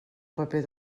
paper